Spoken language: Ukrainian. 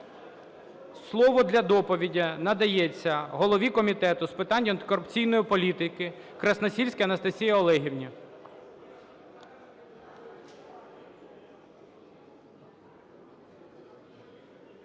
Слово для доповіді надається голові Комітету з питань антикорупційної політики Красносільській Анастасії Олегівні.